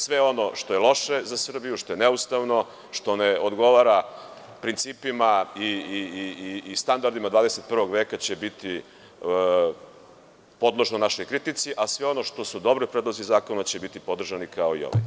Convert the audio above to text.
Sve ono što je loše za Srbiju, što je neustavno, što ne odgovara principima i standardima 21. veka će biti podložno našoj kritici, a sve što su dobri predlozi zakona biće podržani kao i ovaj.